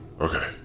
Okay